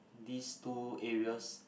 these two areas